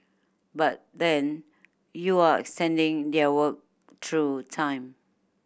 but then you're their work through time